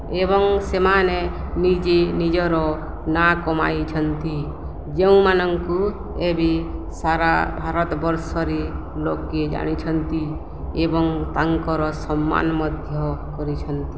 ଏବଂ ସେମାନେ ନିଜେ ନିଜର ନାଁ କମାଇଛନ୍ତି ଯେଉଁମାନଙ୍କୁ ଏବେ ସାରା ଭାରତବର୍ଷରେ ଲୋକେ ଜାଣିଛନ୍ତି ଏବଂ ତାଙ୍କର ସମ୍ମାନ ମଧ୍ୟ କରିଛନ୍ତି